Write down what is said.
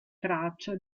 traccia